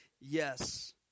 yes